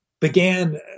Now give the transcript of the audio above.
began